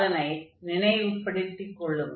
அதனை நினைவுபடுத்திக் கொள்ளுங்கள்